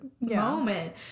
moment